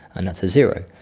and that's a zero.